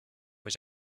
was